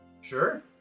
sure